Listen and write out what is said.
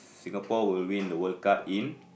Singapore will win the World-Cup in